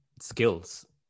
skills